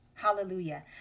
hallelujah